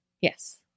Yes